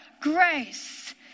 grace